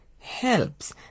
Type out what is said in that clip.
helps